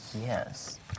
Yes